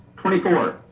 twenty four.